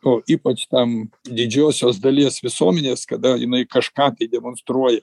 o ypač tam didžiosios dalies visuomenės kada jinai kažką tai demonstruoja